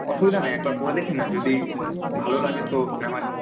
অসুবিধা নেই একবার পরে দেখি না যদি ভালো লাগে তো নেওয়াই যায়